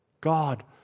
God